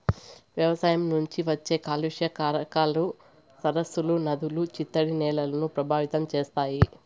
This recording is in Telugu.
వ్యవసాయం నుంచి వచ్చే కాలుష్య కారకాలు సరస్సులు, నదులు, చిత్తడి నేలలను ప్రభావితం చేస్తాయి